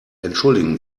entschuldigen